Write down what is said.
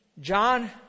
John